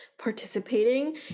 participating